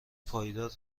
پایدار